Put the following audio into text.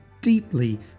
deeply